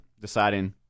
deciding